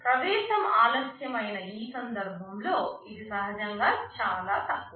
ప్రవేశం ఆలస్యం అయిన ఈ సందర్భంలో ఇది సహజంగా చాలా తక్కువ